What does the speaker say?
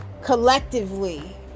collectively